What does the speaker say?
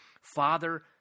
Father